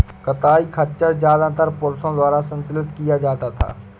कताई खच्चर ज्यादातर पुरुषों द्वारा संचालित किया जाता था